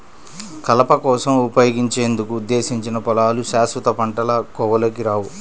కలప కోసం ఉపయోగించేందుకు ఉద్దేశించిన పొలాలు శాశ్వత పంటల కోవలోకి రావు